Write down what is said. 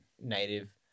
native